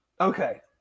Okay